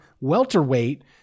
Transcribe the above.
welterweight